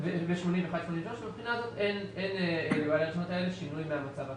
עד 83 ומהבחינה הזאת אין שינויים מהמצב הקיים.